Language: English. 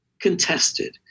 contested